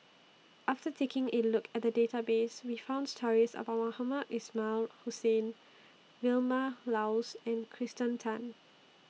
after taking A Look At The Database We found stories about Mohamed Ismail Hussain Vilma Laus and Kirsten Tan